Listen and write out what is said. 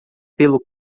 pelo